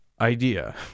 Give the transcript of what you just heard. idea